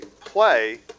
play